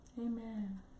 Amen